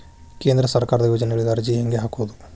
ಕೇಂದ್ರ ಸರ್ಕಾರದ ಯೋಜನೆಗಳಿಗೆ ಅರ್ಜಿ ಹೆಂಗೆ ಹಾಕೋದು?